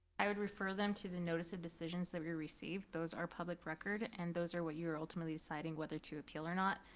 i would refer them to the notice of decisions that we received, those are public record, and those are what you are ultimately deciding whether to appeal or not.